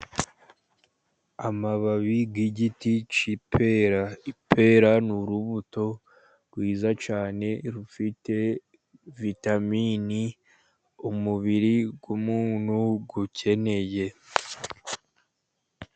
Amababi y'igiti cy'ipera. Ipera ni urubuto rwiza cyane rufite vitamini umubiri w'umuntu ukeneye.